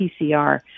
PCR